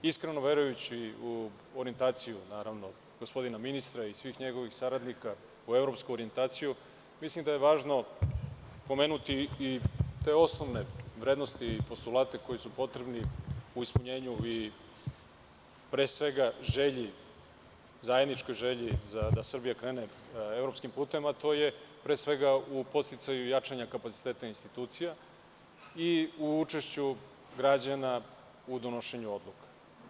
Iskreno verujući u orijentaciju gospodina ministra i svih njegovih saradnika, u evropsku orijentaciju, mislim da je važno pomenuti i te osnovne vrednosti i postulate koji su potrebni u ispunjenju i, pre svega, zajedničkoj želji da Srbija krene evropskim putem, a to je pre svega u podsticaju jačanja kapaciteta institucija i u učešću građana u donošenju odluka.